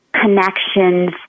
connections